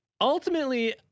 Ultimately